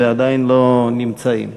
ועדיין לא נמצאים.